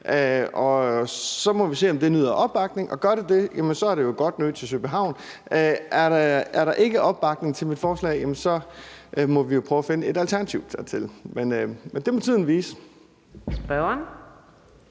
og så må vi se, om det nyder opbakning. Gør det det, er det jo godt nyt til Søby Havn. Er der ikke opbakning til mit forslag, må vi jo prøve at finde et alternativ dertil. Men det må tiden vise.